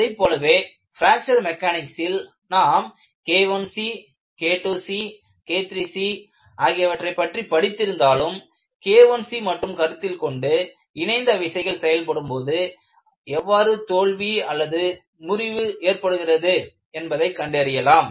அதைப்போலவே பிராக்ச்சர் மெக்கானிக்ஸில் நாம் KIc KIIc KIIIc ஆகியவற்றைப் பற்றி படித்திருந்தாலும் KIc மட்டும் கருத்தில் கொண்டு இணைந்த விசைகள் செயல்படும்போது எவ்வாறு தோல்வி முறிவு ஏற்படுகிறது என்பதை கண்டறியலாம்